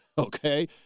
Okay